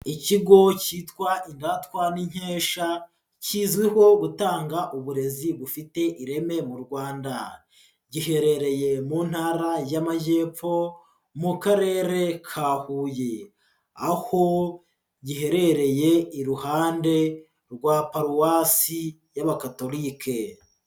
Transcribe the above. Ikigo cyitwa Indatwa n'Inkesha kizwiho gutanga uburezi bufite ireme mu Rwanda, giherereye mu ntara y'Amajyepfo mu karere ka Huye, aho giherereye iruhande rwa paruwasi y'abakatoholike.